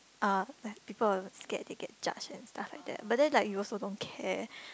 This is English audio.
uh like people will scare they get judged and stuff like that but then like you also don't care